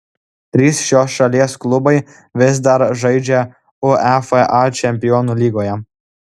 trys šios šalies klubai vis dar žaidžia uefa čempionų lygoje